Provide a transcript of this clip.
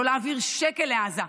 לא להעביר שקל לעזה,